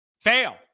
fail